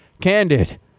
Candid